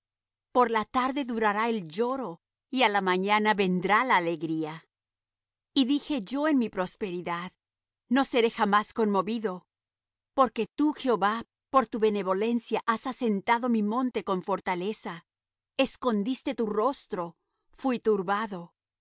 por la tarde durará el lloró y á la mañana vendrá la alegría y dije yo en mi prosperidad no seré jamás conmovido porque tú jehová por tu benevolencia has asentado mi monte con fortaleza escondiste tu rostro fuí